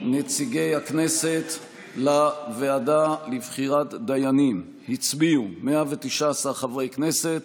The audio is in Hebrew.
נציגי הכנסת לוועדה לבחירת דיינים: הצביעו 119 חברי כנסת,